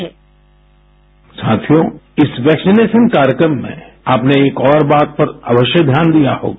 bite साथियो इस vaccination कार्यक्रम में आपने एक और बात पर अवश्य ध्यान दिया होगा